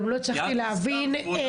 גם לא הצלחתי להבין,